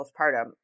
postpartum